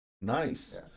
Nice